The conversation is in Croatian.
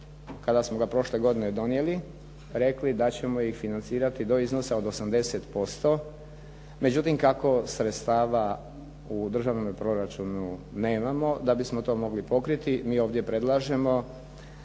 kada smo ga prošle godine donijeli, rekli da ćemo ih financirati do iznosa od 80%, međutim kako sredstava u državnome proračunu nemamo da bismo to mogli pokriti, mi ovdje predlažemo